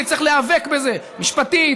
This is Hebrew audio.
נצטרך להיאבק בזה משפטית,